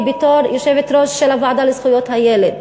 היא יושבת-ראש הוועדה לזכויות הילד.